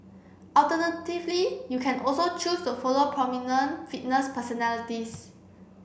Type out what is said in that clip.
alternatively you can also choose to follow prominent fitness personalities